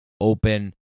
open